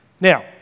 Now